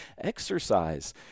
Exercise